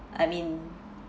I mean